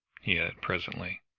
he added presently,